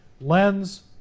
Lens